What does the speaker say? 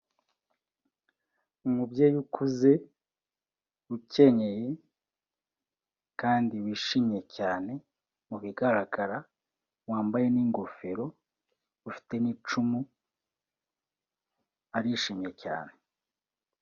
Umubyeyi ukuze ukenyeye kandi wishimye cyane mu bigaragara, wambaye n'ingofero ufite n'icumu, arishimye cyane.